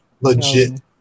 legit